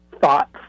thoughts